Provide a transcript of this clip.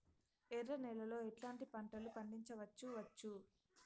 ఎర్ర నేలలో ఎట్లాంటి పంట లు పండించవచ్చు వచ్చు?